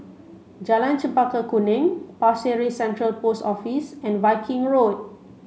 Jalan Chempaka Kuning Pasir Ris Central Post Office and Viking Road